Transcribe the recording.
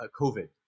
COVID